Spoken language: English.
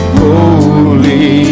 holy